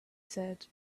said